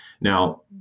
Now